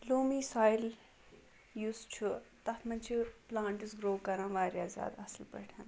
لوٗمی soil یُس چھُ تَتھ منٛز چھِ پٕلانٛٹٕز گرٛو کَران واریاہ زیادٕ اَصٕل پٲٹھۍ